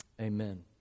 Amen